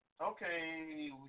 okay